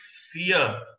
fear